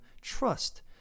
trust